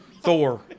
Thor